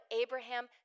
Abraham